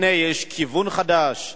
הנה, יש כיוון חדש,